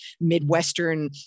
Midwestern